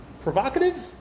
provocative